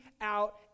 out